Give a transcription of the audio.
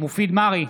מופיד מרעי,